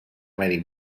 mèdic